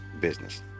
business